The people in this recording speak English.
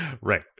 Right